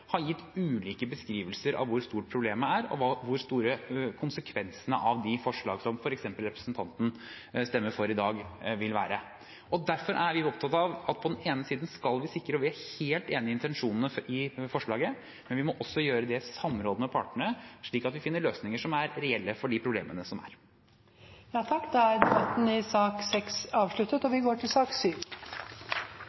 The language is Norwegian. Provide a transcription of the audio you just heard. har gitt ulike beskrivelser av hvor stort problemet er og hvor store konsekvensene av de forslagene som f.eks. representanten stemmer for i dag, vil være. Derfor er vi opptatt av at vi skal sikre intensjonene i forslaget, som vi er helt enig i, men vi må også gjøre det i samråd med partene, slik at vi finner løsninger som er reelle for de problemene som er. Replikkordskiftet er omme. Flere har ikke bedt om ordet til sak nr. 6. Etter ønske fra arbeids- og